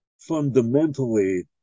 fundamentally